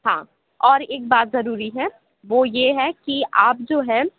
ہاں اور ایک بات ضروری ہے وہ یہ ہے کہ آپ جو ہے